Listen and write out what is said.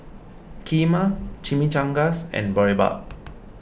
Kheema Chimichangas and Boribap